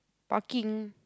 parking